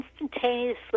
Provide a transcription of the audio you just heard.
instantaneously